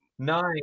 Nine